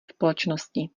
společnosti